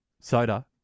Soda